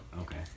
Okay